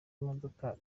imodoka